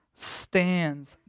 stands